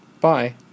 bye